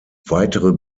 weitere